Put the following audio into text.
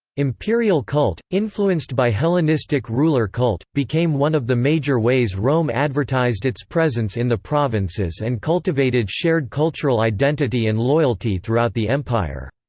imperial cult, influenced by hellenistic ruler cult, became one of the major ways rome advertised its presence in the provinces and cultivated shared cultural identity and loyalty throughout the empire.